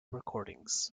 recordings